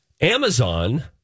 Amazon